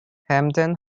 hamden